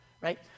right